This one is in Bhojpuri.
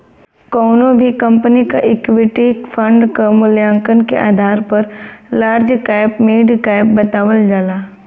कउनो भी कंपनी क इक्विटी फण्ड क मूल्यांकन के आधार पर लार्ज कैप मिड कैप बतावल जाला